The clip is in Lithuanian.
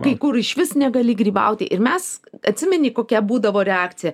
kai kur išvis negali grybauti ir mes atsimeni kokia būdavo reakcija